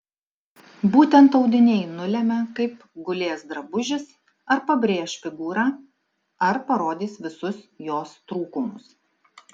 būtent audiniai nulemia kaip gulės drabužis ar pabrėš figūrą ar parodys visus jos trūkumus